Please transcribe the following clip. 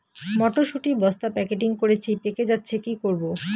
মটর শুটি বস্তা প্যাকেটিং করেছি পেকে যাচ্ছে কি করব?